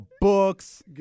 books